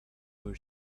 were